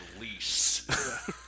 release